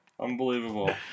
Unbelievable